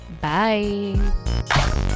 Bye